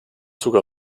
sogar